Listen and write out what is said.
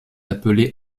appelée